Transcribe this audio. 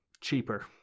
Cheaper